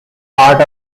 part